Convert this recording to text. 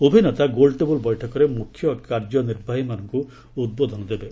ଉଭୟ ନେତା ଗୋଲ୍ଟେବୁଲ୍ ବୈଠକରେ ମୁଖ୍ୟକାର୍ଯ୍ୟନିର୍ବାହୀମାନଙ୍କୁ ଉଦ୍ବୋଧନ ଦେବେ